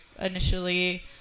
initially